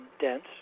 dense